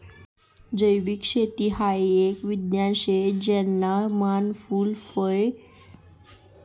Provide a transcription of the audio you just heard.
जैविक शेती हाई एक विज्ञान शे ज्याना मान फूल फय भाज्या आणि औषधीसना रोपे तयार करतस